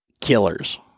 killers